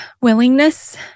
willingness